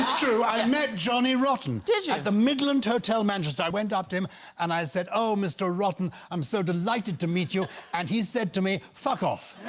true i met johnny rotten at yeah the midland hotel manchester i went up to him and i said, oh mr. rotten i'm, so delighted to meet you and he said to me fuck off